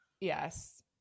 Yes